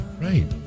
Right